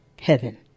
heaven